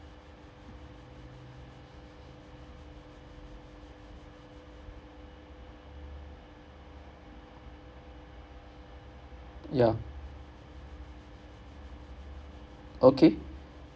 ya okay